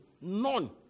none